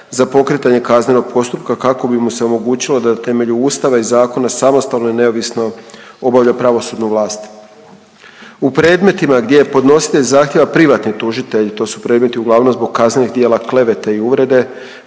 za pokretanje kaznenog postupka kako bi mu se omogućilo da na temelju ustava i zakona samostalno i neovisno obavlja pravosudnu vlast. U predmetima gdje je podnositelj zahtjeva privatni tužitelj, to su predmeti uglavnom zbog kaznenih djela klevete i uvrede,